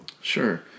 Sure